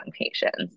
patients